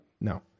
No